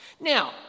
Now